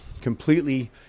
completely